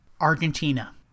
Argentina